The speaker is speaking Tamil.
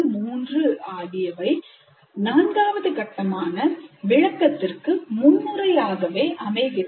3 ஆகியவை நான்காவது கட்டமான விளக்கத்திற்கு முன்னுரை ஆகவே அமைகிறது